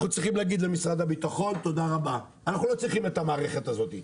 צריכים להגיד למשרד הביטחון תודה רבה אנחנו לא צריכים את המערכת הזאת,